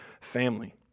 family